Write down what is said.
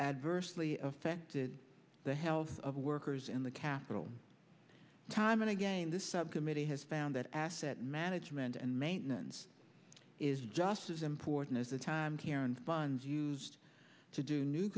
adversely affected the health of workers in the capital time and again this subcommittee has found that asset management and maintenance is just as important as the time karens buns used to do new